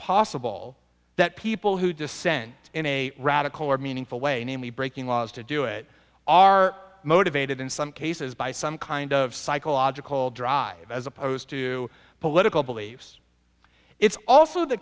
possible that people who dissent in a radical or meaningful way namely breaking laws to do it are motivated in some cases by some kind of psychological drive as opposed to political beliefs it's also the